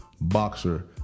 boxer